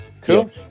Cool